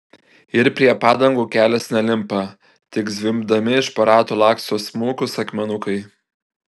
ir prie padangų kelias nelimpa tik zvimbdami iš po ratų laksto smulkūs akmenukai